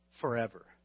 forever